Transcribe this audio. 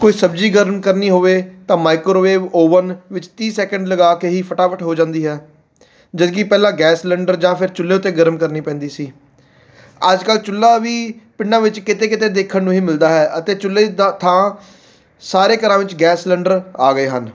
ਕੋਈ ਸਬਜ਼ੀ ਗਰਮ ਕਰਨੀ ਹੋਵੇ ਤਾਂ ਮਾਈਕਰੋਵੇਵ ਓਵਨ ਵਿੱਚ ਤੀਹ ਸੈਕਿੰਡ ਲਗਾ ਕੇ ਹੀ ਫਟਾਫਟ ਹੋ ਜਾਂਦੀ ਹੈ ਜਦਕਿ ਪਹਿਲਾਂ ਗੈਸ ਸਿਲਿੰਡਰ ਜਾਂ ਫਿਰ ਚੁੱਲੇ ਉੱਤੇ ਗਰਮ ਕਰਨੀ ਪੈਂਦੀ ਸੀ ਅੱਜ ਕੱਲ੍ਹ ਚੁੱਲਾ ਵੀ ਪਿੰਡਾਂ ਵਿੱਚ ਕਿਤੇ ਕਿਤੇ ਦੇਖਣ ਨੂੰ ਹੀ ਮਿਲਦਾ ਹੈ ਅਤੇ ਚੁੱਲੇ ਦੀ ਦਾ ਥਾਂ ਸਾਰੇ ਘਰਾਂ ਵਿੱਚ ਗੈਸ ਸਿਲੰਡਰ ਆ ਗਏ ਹਨ